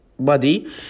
body